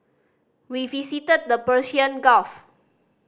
we visited the Persian Gulf